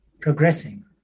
progressing